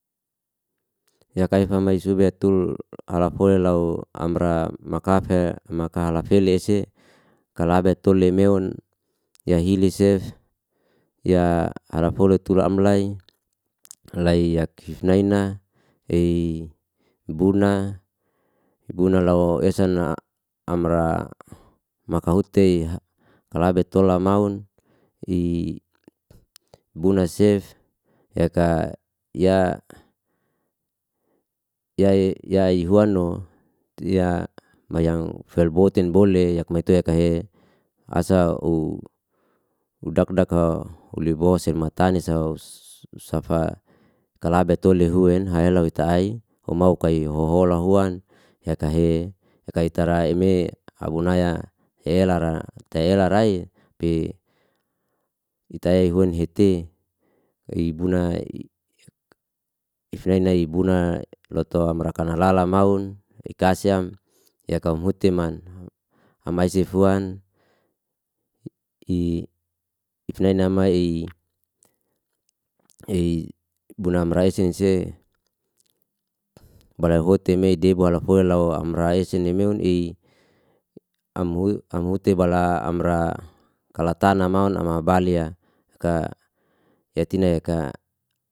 Yaka ifame sube tul alafole lau amra makafe maka halafeli ese kalabe tule meun yahili sef ya arafo tula am lai, lai ya kifnai na, buna buna lo esan amra makahutei kalabe tola maun buna sef yaka ya ihuano felbotin bole yak maitua yakahe asa udakdak ho ulibo se matani sa safa kalabe tule huen ha elatu ai ou mau kai hohola huan yaka he yaka ita ra eme abunaya ela ra ta ela rai bitai huan hiti ibuna loto amra nakalala maun ikasyam yakam hute man amai sifuan ifnai na ma bunam ra esen se bala hote me debala foli lau amra ese ne meun ama ute bala amra kalatana maun am abalya yatina yaka.